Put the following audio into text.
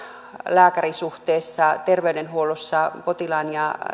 lääkäri suhteessa terveydenhuollossa potilaan ja